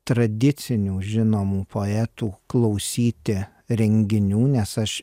tradicinių žinomų poetų klausyti renginių nes aš